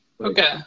Okay